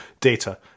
data